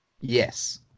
Yes